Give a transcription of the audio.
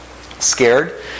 scared